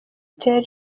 ter